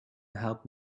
help